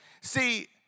See